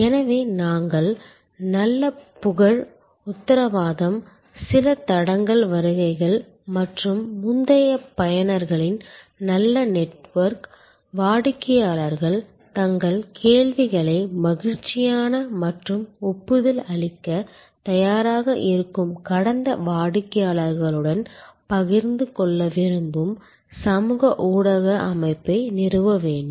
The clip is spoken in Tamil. எனவே நாங்கள் நல்ல புகழ் உத்தரவாதம் சில தடங்கள் வருகைகள் மற்றும் முந்தைய பயனர்களின் நல்ல நெட்வொர்க் வாடிக்கையாளர்கள் தங்கள் கேள்விகளை மகிழ்ச்சியான மற்றும் ஒப்புதல் அளிக்கத் தயாராக இருக்கும் கடந்த வாடிக்கையாளர்களுடன் பகிர்ந்து கொள்ள விரும்பும் சமூக ஊடக அமைப்பை நிறுவ வேண்டும்